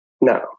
No